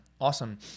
awesome